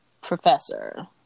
professor